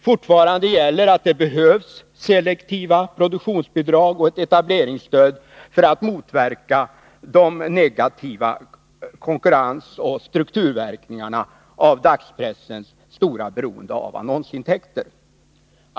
Fortfarande gäller att det behövs selektiva produktionsbidrag och ett etableringsstöd för att motverka de negativa konkurrensoch strukturverkningarna av dagspressens stora beroende av annonsintäkter.